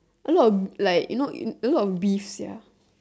a lot of like you know a lot of beef sia